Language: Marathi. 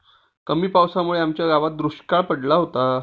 कमी पावसामुळे आमच्या गावात दुष्काळ पडला होता